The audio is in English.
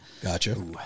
Gotcha